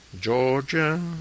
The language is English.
Georgia